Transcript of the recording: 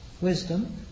wisdom